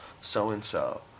so-and-so